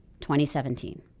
2017